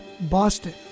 Boston